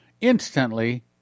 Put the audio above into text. instantly